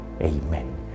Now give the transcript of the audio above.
Amen